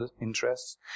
interests